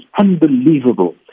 unbelievable